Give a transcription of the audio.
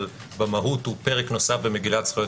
אבל במהות הוא פרק נוסף במגילת זכויות